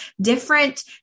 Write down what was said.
different